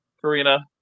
Karina